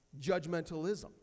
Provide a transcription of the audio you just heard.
judgmentalism